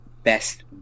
Best